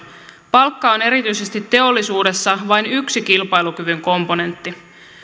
palkka on erityisesti teollisuudessa vain yksi kilpailukyvyn komponentti